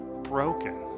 broken